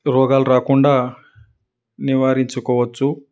రోగాలు రాకుండా నివారించుకోవచ్చు